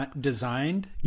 designed